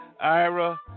Ira